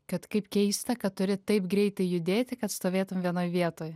kad kaip keista kad turi taip greitai judėti kad stovėtum vienoj vietoj